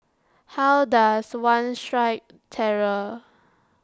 how does one strike terror